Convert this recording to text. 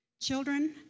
Children